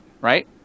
right